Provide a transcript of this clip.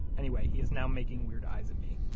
anyway, he is now making weird eyes at me